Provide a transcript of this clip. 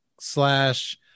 slash